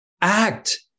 act